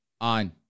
on